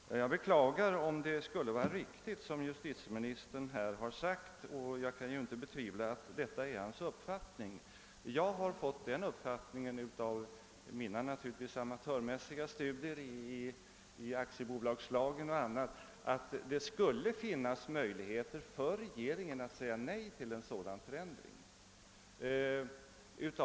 Herr talman! Jag beklagar om justi tieministern skulle ha rätt i det han nu har sagt, men jag kan naturligtvis inte betvivla att det uttrycker hans mening. Jag har fått den uppfattningen av mina — naturligtvis amatörmässiga — studier i aktiebolagslagen m.m. att det skulle finnas möjligheter för regeringen att säga nej till en sådan förändring av bolagsordningen.